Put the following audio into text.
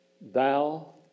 thou